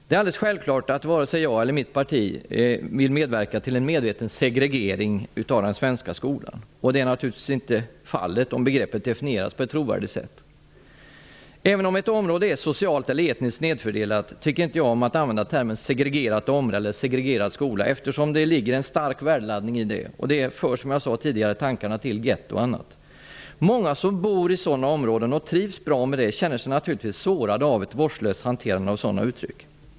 Det är alldeles självklart att varken jag eller mitt parti vill medverka till en medveten segregering av den svenska skolan. Det är naturligtvis inte fallet om begreppet definieras på ett trovärdigt sätt. Även om ett område är socialt eller etniskt snedfördelat tycker inte jag om att använda termer som segregerat område eller segregerad skola, eftersom det ligger en stark värdeladdning i detta. Det för, som jag sade tidigare, tankarna till getto och annat. Många som bor i sådana områden, och trivs bra med det, känner sig naturligtvis sårade av ett vårdslöst hanterande av sådana uttryck.